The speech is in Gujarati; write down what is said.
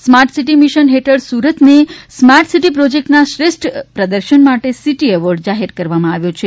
સ્માર્ટ સિટી મિશન હેઠળ સુરતને સ્માર્ટ સિટી પ્રોજેક્ટના શ્રેષ્ઠ પ્રદર્શન માટે સિટી એવોર્ડ જાહેર કરવામાં આવ્યો છે